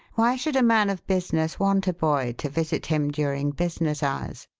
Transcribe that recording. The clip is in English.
why should a man of business want a boy to visit him during business hours?